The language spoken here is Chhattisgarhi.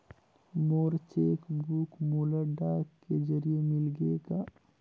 मोर चेक बुक मोला डाक के जरिए मिलगे हे